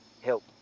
help